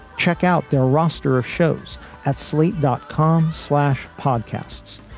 check out their roster of shows at slate dot com. slash podcasts.